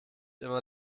immer